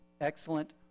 excellent